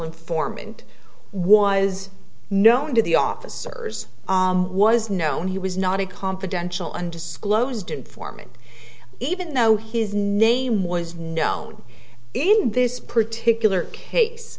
informant was known to the officers was known he was not a confidential undisclosed informant even though his name was known in this particular case